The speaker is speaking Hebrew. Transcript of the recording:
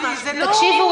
זה לא --- תקשיבו,